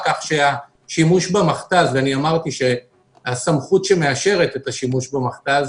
כך שהשימוש במכת"ז אמרתי שהסמכות שמאשרת את השימוש במכת"ז